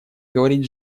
говорить